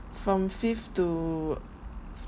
from fifth to